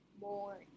more